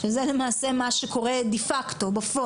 שזה למעשה מה שקורה בפועל.